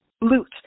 loot